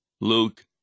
Luke